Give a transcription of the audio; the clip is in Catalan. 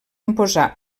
imposar